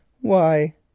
Why